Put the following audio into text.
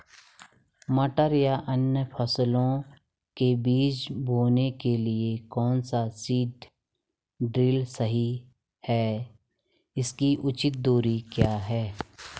मटर या अन्य फसलों के बीज बोने के लिए कौन सा सीड ड्रील सही है इसकी उचित दूरी क्या है?